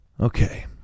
Okay